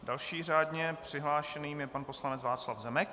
Dalším řádně přihlášeným je pan poslanec Václav Zemek.